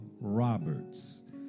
Roberts